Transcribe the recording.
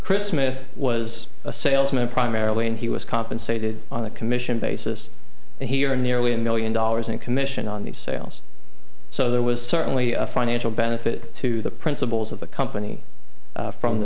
smith was a salesman primarily and he was compensated on a commission basis here nearly a million dollars in commission on these sales so there was certainly a financial benefit to the principles of the company from the